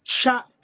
shot